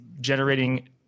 generating